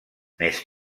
més